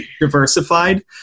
diversified